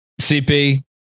cp